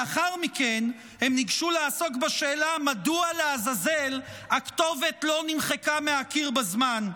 לאחר מכן הם ניגשו לעסוק בשאלה מדוע לעזאזל הכתובת לא נמחקה מהקיר בזמן.